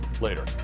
Later